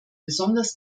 besonders